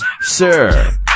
Sir